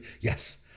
yes